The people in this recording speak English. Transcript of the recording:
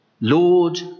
Lord